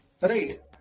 Right